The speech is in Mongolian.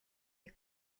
нэг